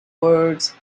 words